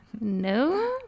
No